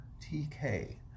TK